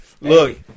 Look